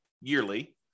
yearly